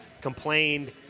complained